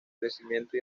crecimiento